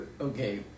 Okay